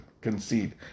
concede